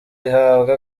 ihabwa